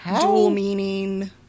dual-meaning